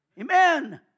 Amen